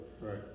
right